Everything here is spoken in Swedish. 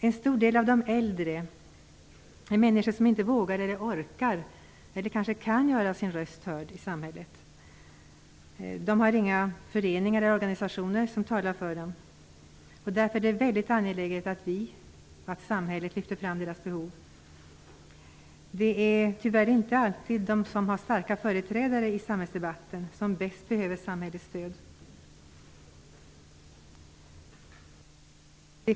En stor del av de äldre, människor som inte vågar, orkar eller kan göra sin röst hörd i samhället, har inga föreningar eller organisationer som för deras talan. Det är därför mycket angeläget att vi, samhället, lyfter fram deras behov. Det är tyvärr inte alltid de som har starka företrädare i samhällsdebatten som bäst behöver samhällets stöd.